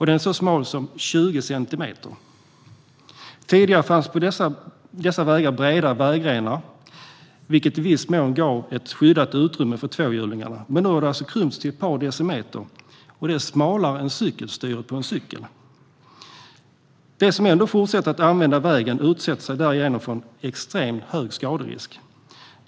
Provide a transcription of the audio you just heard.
Den är så smal som 20 centimeter. Tidigare fanns på dessa vägar breda vägrenar, vilket i viss mån gav ett skyddat utrymme för tvåhjulingarna. Nu har det utrymmet alltså krympts till ett par decimeter. Det är smalare än ett cykelstyre. De som ändå fortsätter att använda vägen utsätter sig därigenom för en extremt hög skaderisk.